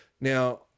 Now